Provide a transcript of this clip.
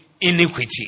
iniquity